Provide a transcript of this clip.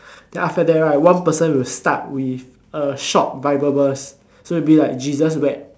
then after that right one person will start with a short bible verse so it will be like Jesus there